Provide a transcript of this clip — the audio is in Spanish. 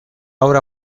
obra